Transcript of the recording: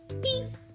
peace